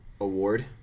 Award